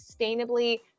sustainably